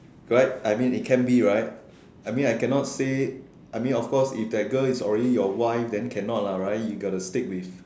right I mean it can be right I mean I cannot say I mean of course if that girl is already your wife then cannot lah right you got to stick with